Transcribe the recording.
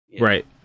Right